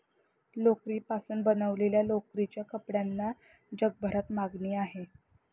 लोकरीपासून बनवलेल्या लोकरीच्या कपड्यांना जगभरात मागणी आहे